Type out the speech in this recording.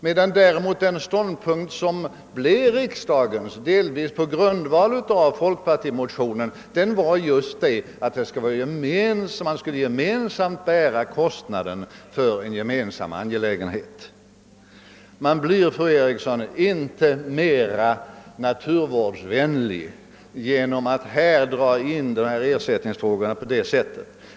Den ståndpunkt som blev riksdagens — delvis på grundval av folkpartimotionen — innebar däremot att vi gemensamt skulle bära kostnaden för en gemensam angelägenhet. — Man blir, fru Eriksson, inte mer naturvårdsvänlig genom att dra in denna ersättningsfråga i debatten.